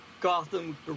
Gotham